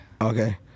Okay